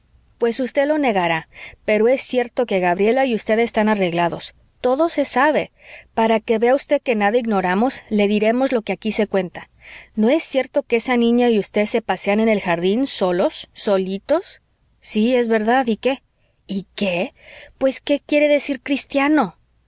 pues usted lo negará pero es cierto que gabriela y usted están arreglados todo se sabe para que vea usted que nada ignoramos le diremos lo que aquí se cuenta no es cierto que esa niña y usted se pasean en el jardín solos solitos sí es verdad y qué y qué pues qué quiere decir cristiano